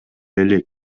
элек